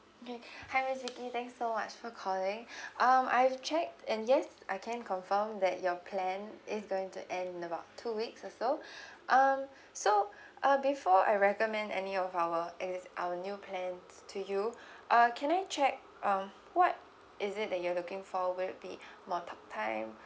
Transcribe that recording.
okay hi miss vicky thanks so much for calling um I've checked and yes I can confirm that your plan is going to end in about two weeks also um so uh before I recommend any of our as our new plans to you uh can I check um what is it that you're looking for will it be more talk time